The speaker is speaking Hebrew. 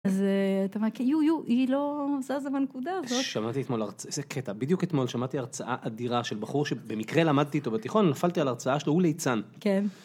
אז אתה מה, יו, יו, היא לא זזה בנקודה הזאת. שמעתי אתמול, איזה קטע, בדיוק אתמול שמעתי הרצאה אדירה של בחור שבמקרה למדתי איתו בתיכון, נפלתי על הרצאה שלו, הוא ליצן. כן.